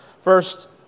First